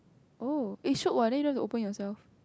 oh eh shiok what then you don't have to open yourself